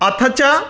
अथ च